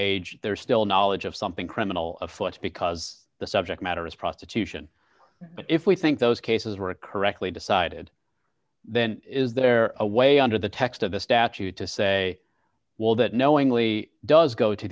age they're still knowledge of something criminal of flights because the subject matter is prostitution but if we think those cases were a correctly decided then is there a way under the text of the statute to say well that knowingly does go to